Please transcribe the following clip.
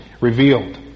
revealed